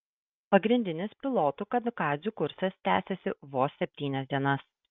pagrindinis pilotų kamikadzių kursas tęsėsi vos septynias dienas